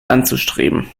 anzustreben